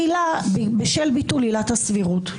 ציבורי בשל ביטול עילת הסבירות.